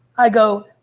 i go,